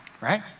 right